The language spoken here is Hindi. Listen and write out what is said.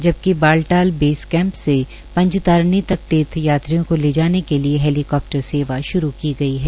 जबकि बालटाल बेस कैम्प से पंतजारिणी तक तीर्थ यात्रियों को ले जाने के लिए हैलीक्प्टर सेवा श्रू की गई है